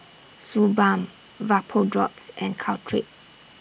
Suu Balm Vapodrops and Caltrate